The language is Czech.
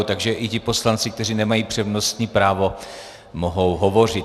Takže i ti poslanci, kteří nemají přednostní právo, mohou hovořit.